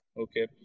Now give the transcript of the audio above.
Okay